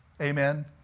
Amen